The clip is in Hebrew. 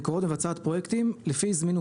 מקורות מבצעת פרויקטים לפי זמינות,